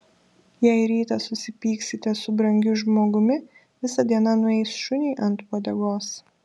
jei rytą susipyksite su brangiu žmogumi visa diena nueis šuniui ant uodegos